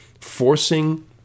forcing